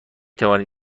توانید